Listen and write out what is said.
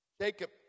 Jacob